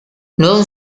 non